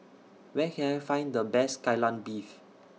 Where Can I Find The Best Kai Lan Beef